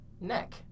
neck